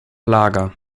lager